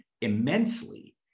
immensely